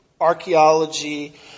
archaeology